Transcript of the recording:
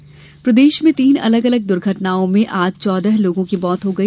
दुर्घटना मौत प्रदेश में तीन अलग अलग दुर्घटनाओं में आज चौदह लोगों की मौत हो गई